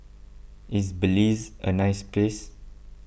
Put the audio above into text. is Belize a nice place